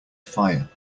fire